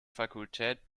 fakultät